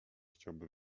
chciałby